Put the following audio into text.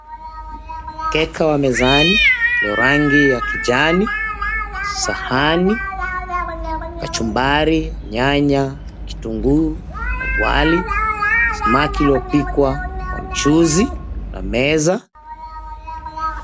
Mkeka wa mezani wa rangi ya kijani, sahani, kachumbari, nyanya, kitunguu, wali, samaki uliopikwa kwa mchuzi na meza.